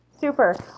super